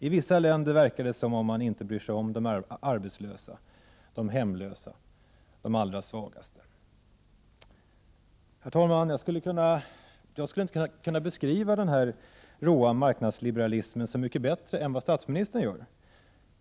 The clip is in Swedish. I vissa länder verkar det som om man inte ens bryr sig om de arbetslösa, de hemlösa, de allra svagaste.” Jag skulle inte kunna beskriva den här råa marknadsliberalismen särskilt mycket bättre än statsministern.